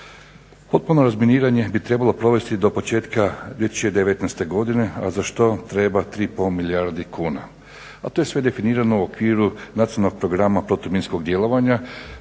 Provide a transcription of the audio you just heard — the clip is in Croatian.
Potpuno razminiranje bi trebalo provesti do početka 2019. godine, a za što treba 3,5 milijardi kuna, a to je sve definirano u okviru Nacionalnog programa protuminskog djelovanja